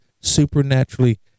supernaturally